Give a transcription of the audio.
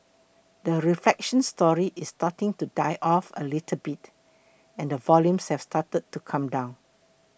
the reflation story is starting to die off a little bit and the volumes have started to come down